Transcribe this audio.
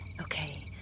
Okay